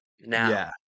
now